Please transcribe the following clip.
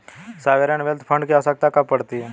Sovereign wealth fund की आवश्यकता कब पड़ती है?